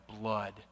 blood